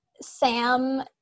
Sam